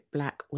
Black